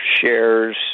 shares